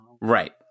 right